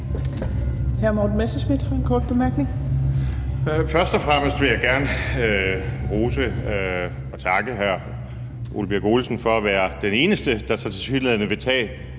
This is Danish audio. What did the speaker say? Morten Messerschmidt (DF): Først og fremmest vil jeg gerne rose og takke hr. Ole Birk Olesen for at være den eneste, der så tilsyneladende vil tage